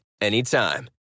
anytime